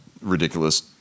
ridiculous